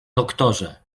doktorze